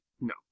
No